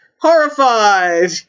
Horrified